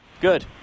Good